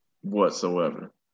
whatsoever